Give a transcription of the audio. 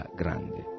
grande